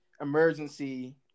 emergency